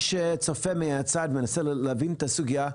שצופה מהצד ומנסה להבין את הסוגייה,